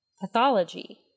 pathology